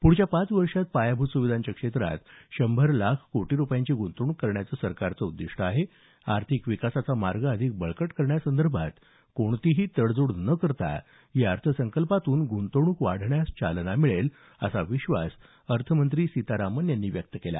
पुढच्या पाच वर्षांत पायाभूत सुविधांच्या क्षेत्रात शंभर लाख कोटी रुपयांची गुंतवणूक करण्याचं सरकारचं उद्दीष्ट आहे आर्थिक विकासाचा मार्ग अधिक बळकट करण्यासंदर्भात कोणतीही तडजोड न करता या अर्थसंकल्पातून गुंतवणूक वाढण्यास चालना मिळेल असा विश्वास अर्थमंत्री सीतारामन यांनी व्यक्त केला